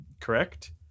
correct